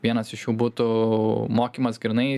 vienas iš jų būtų mokymas grynai